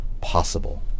possible